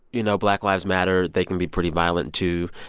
you know, black lives matter, they can be pretty violent, too.